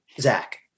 Zach